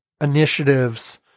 initiatives